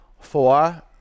Four